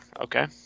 okay